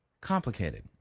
complicated